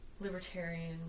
libertarian